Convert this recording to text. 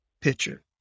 picture